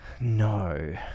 No